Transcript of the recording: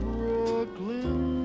Brooklyn